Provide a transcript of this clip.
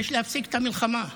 יש להפסיק את המלחמה.